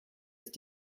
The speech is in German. ist